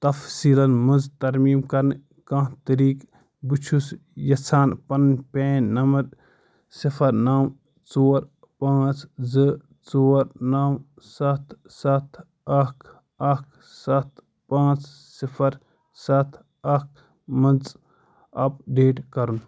تفصیٖلن منٛز ترمیٖم کرنہٕ کانٛہہ طریٖقہٕ بہٕ چھُس یَژھان پنُن پین نمبر صِفر نَو ژور پانٛژھ زٕ ژور نَو سَتھ سَتھ اکھ اکھ سَتھ پانٛژھ صِفر سَتھ اکھ منٛز اَپڈیٹ کَرُن